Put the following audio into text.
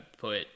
put